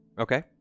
Okay